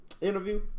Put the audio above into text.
interview